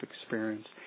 experience